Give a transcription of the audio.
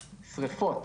שריפות,